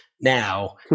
now